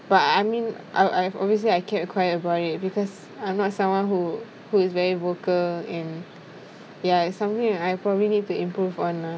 but I mean I I've obviously I kept quiet about it because I'm not someone who who is very vocal and ya it's something I probably need to improve on lah